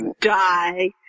die